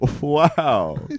Wow